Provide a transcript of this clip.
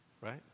Right